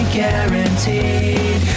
guaranteed